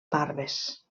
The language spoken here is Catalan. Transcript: barbes